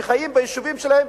שחיים ביישובים שלהם,